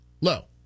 low